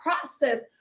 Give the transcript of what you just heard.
process